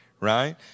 right